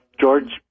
George